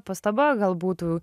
pastaba gal būtų